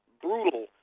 brutal